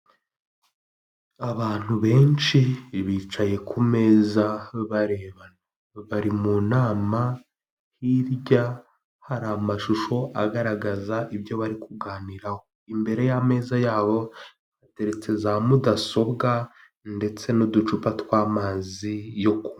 Abantu benshi bicaye ku meza barebana, bari mu nama, hirya hari amashusho agaragaza ibyo bari kuganiraho, imbere y'ameza yabo hateretse za mudasobwa ndetse n'uducupa tw'amazi yo kunywa.